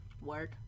work